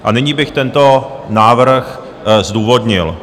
A nyní bych tento návrh zdůvodnil.